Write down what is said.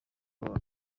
troy